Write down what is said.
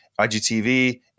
IGTV